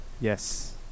yes